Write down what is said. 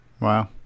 Wow